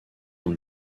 dans